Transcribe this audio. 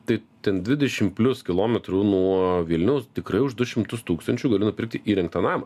tai ten dvidešim plius kilometrų nuo vilnius tikrai už du šimtus tūkstančių gali nupirkti įrengtą namą